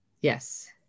Yes